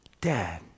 dad